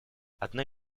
одной